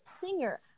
singer